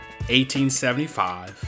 1875